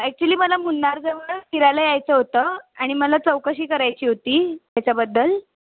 actually मला मुन्नारजवळ फिरायला यायचं होतं आणि मला चौकशी करायची होती त्याच्याबद्दल